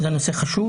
זה נושא חשוב